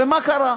ומה קרה?